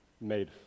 made